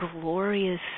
glorious